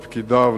לפקידיו,